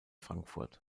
frankfurt